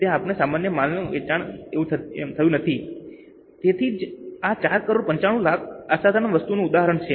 તે આપણા સામાન્ય માલના વેચાણ જેવું નથી તેથી જ આ 4 કરોડ 95 લાખ અસાધારણ વસ્તુનું ઉદાહરણ છે